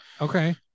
okay